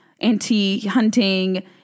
anti-hunting